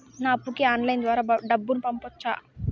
నా అప్పుకి ఆన్లైన్ ద్వారా డబ్బును పంపొచ్చా